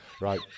right